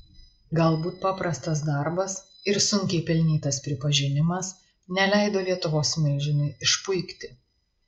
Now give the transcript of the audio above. galbūt paprastas darbas ir sunkiai pelnytas pripažinimas neleido lietuvos milžinui išpuikti